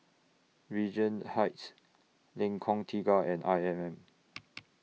Regent Heights Lengkong Tiga and I M M